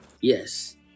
Yes